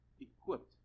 Equipped